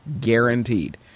Guaranteed